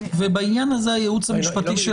בעניין הזה הייעוץ המשפטי של